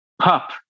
Pup